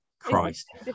Christ